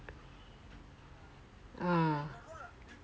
ah